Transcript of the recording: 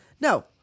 No